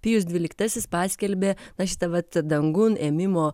pijus dvyliktasis paskelbė va šitą vat dangun ėmimo